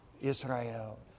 Israel